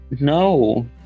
No